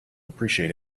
appreciate